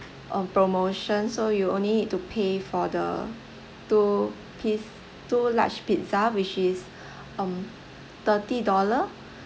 uh promotion so you only need to pay for the two piece two large pizza which is um thirty dollar